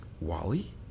Wally